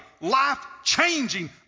life-changing